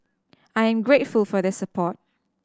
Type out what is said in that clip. I am grateful for their support